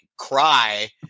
cry